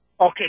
Okay